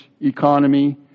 economy